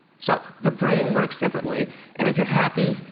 so the brain works differently and if you're happy.